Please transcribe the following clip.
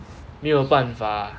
没有办法